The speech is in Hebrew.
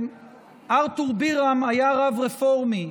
ארתור בירם היה רב רפורמי,